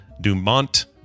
Dumont